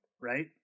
right